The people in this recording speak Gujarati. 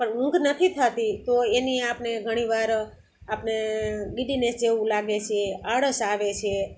પણ ઊંઘ નથી થાતી તો એની આપને ઘણી વાર આપને ડીઝીનેસ જેવું લાગે છે આળસ આવે છે